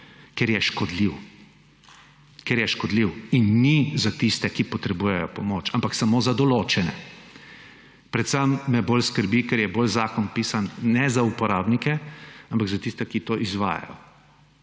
ne bom vzdržal, ker je škodljiv. In ni za tiste, ki potrebujejo pomoč, ampak samo za določene. Predvsem me bolj skrbi, ker zakon ni pisan za uporabnike, ampak bolj za tiste, ki to izvajajo;